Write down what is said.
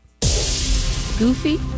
Goofy